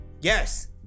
yes